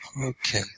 Okay